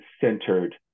centered